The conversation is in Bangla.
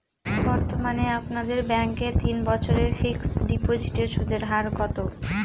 বর্তমানে আপনাদের ব্যাঙ্কে তিন বছরের ফিক্সট ডিপোজিটের সুদের হার কত?